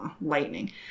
Lightning